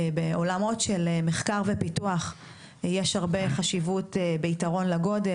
בעולמות של מחקר ופיתוח יש הרבה חשיבות ביתרון לגודל,